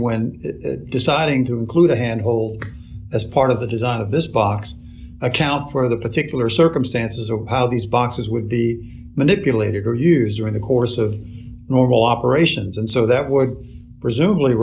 when deciding to include a hand hole as part of the design of this box account for the particular circumstances or how these boxes with the manipulated or years during the course of normal operations and so that were presumably